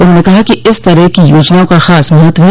उन्होंने कहा कि इस तरह की योजनाओं का खास महत्व है